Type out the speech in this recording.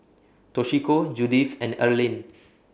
Toshiko Judyth and Erlene